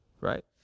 right